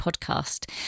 podcast